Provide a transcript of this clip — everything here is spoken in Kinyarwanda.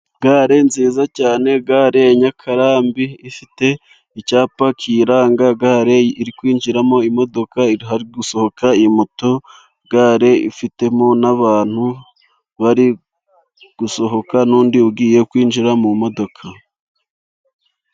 Gare nziza cyane, gare ya Nyakarambi ifite icyapa kiyiranga. Gare iri kwinjiramo imodoka, hari gusohoka imoto. Gare ifitemo n'abantu bari gusohoka n'undi ugiye kwinjira mu modoka.